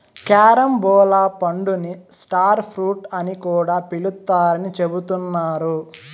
carambola పండుని star fruit అని కూడా పిలుత్తారని చెబుతున్నారు